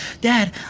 Dad